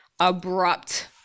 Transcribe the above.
abrupt